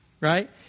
right